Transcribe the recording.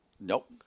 Nope